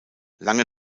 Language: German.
lange